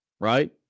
right